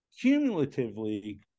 cumulatively